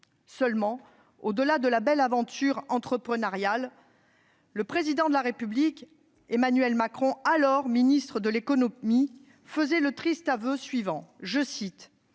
Seulement, au-delà de la belle aventure entrepreneuriale, le Président de la République, Emmanuel Macron, alors ministre de l'économie, faisait le triste aveu suivant :«